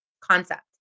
concept